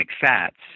fats—